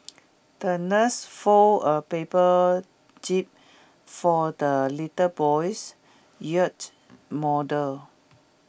the nurse folded A paper jib for the little boy's yacht model